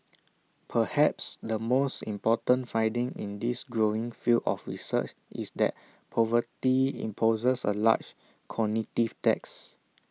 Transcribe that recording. perhaps the most important finding in this growing field of research is that poverty imposes A large cognitive tax